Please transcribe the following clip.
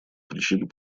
причин